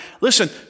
Listen